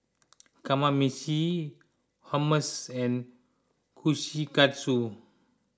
Kamameshi Hummus and Kushikatsu